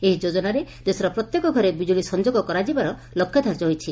ଏହି ଯୋଜନାରେ ଦେଶର ପ୍ରତ୍ୟେକ ଘରେ ବିଜ୍ଞଳି ସଂଯୋଗ କରାଯିବାର ଲକ୍ଷ୍ୟ ଧାର୍ଯ୍ୟ ହୋଇଛି